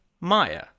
Maya